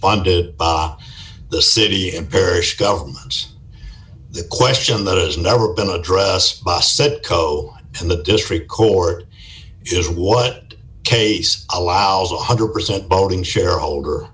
funded by the city and parish governments the question that has never been address bus said co in the district court is what case allows a one hundred percent voting shareholder